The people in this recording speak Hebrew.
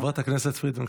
חברת הכנסת פרידמן,